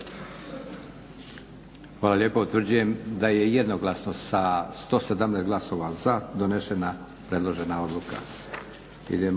rezultat. Utvrđujem da je jednoglasno sa 117 glasa za donešena predložena odluka.